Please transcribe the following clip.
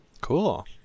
Cool